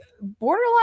borderline